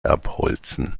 abholzen